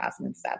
2007